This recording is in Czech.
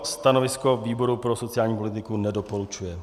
Stanovisko výboru pro sociální politiku nedoporučuje.